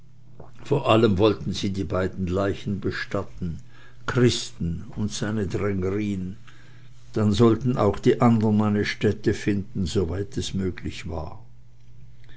vor allem wollten sie die beiden leichen bestatten christen und seine drängerin dann sollten auch die andern eine stätte finden soweit es möglich war